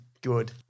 good